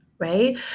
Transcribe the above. Right